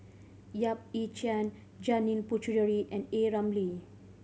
Yap Ee Chian Janil Puthucheary and A Ramli